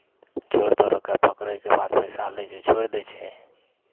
चोर तोरकेँ पकड़यके बाद पैसा लै छै छोड़ि दै छै